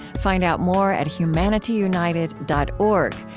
find out more at humanityunited dot org,